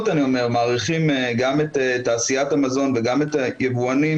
מעריכים גם את תעשיית המזון וגם את היבואנים